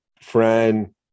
friend